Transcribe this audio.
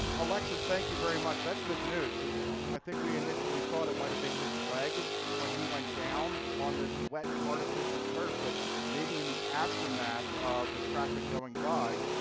alexis, thank you very much. that's good news. ah i think we initially thought it might have been his leg when he went down on this wet, artificial turf but maybe in the aftermath of the traffic going by.